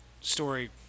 story